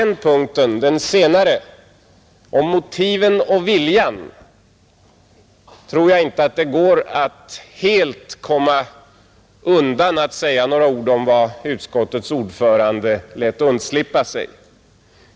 När det gäller motiven och viljan för ställningstagandet här i kammaren kan jag inte undvika att säga några ord om vad utskottets ordförande lät undslippa sig.